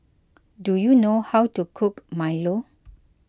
do you know how to cook Milo